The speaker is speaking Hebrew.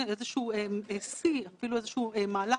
בהגנה על הבנקים מאשר בהגנה על הציבור.